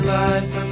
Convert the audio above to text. life